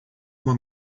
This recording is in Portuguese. uma